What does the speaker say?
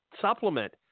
supplement